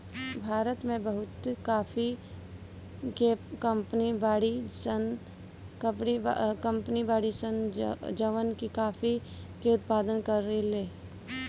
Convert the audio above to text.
भारत में बहुते काफी के कंपनी बाड़ी सन जवन की काफी के उत्पादन करेली